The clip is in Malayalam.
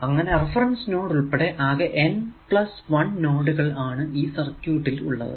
അങ്ങനെ റഫറൻസ് നോഡ് ഉൾപ്പെടെ ആകെ N 1 നോഡുകൾ ആണ് ഈ സർക്യൂട് ൽ ഉള്ളത്